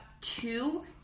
two